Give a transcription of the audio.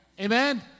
Amen